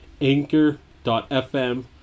anchor.fm